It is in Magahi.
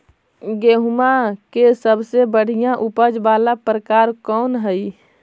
गेंहूम के सबसे बढ़िया उपज वाला प्रकार कौन हई?